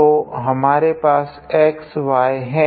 तो हमारे पास x y है